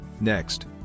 Next